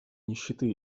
нищеты